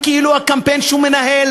כאילו הקמפיין שהוא מנהל